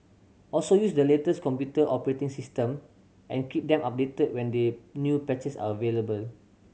also use the latest computer operating system and keep them updated when they new patches are available